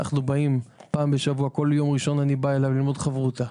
אני בא אליו בכל יום ראשון ואנחנו לומדים בחברותא.